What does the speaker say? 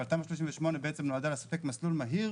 אבל תמ"א 38 נועדה לספק מסלול מהיר